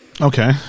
Okay